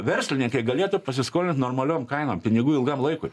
verslininkai galėtų pasiskolint normaliom kainom pinigų ilgam laikui